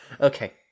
Okay